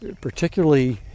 particularly